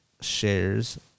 shares